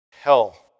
hell